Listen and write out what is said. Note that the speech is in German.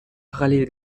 parallel